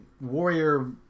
warrior